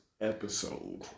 episode